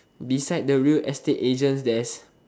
beside the real estate agent there's